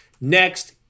Next